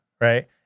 right